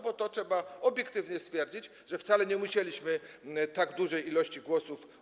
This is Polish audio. Bo trzeba obiektywnie stwierdzić, że wcale nie musieliśmy otrzymać tak dużej ilości głosów.